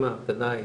אם ההמתנה היא